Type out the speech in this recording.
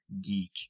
geek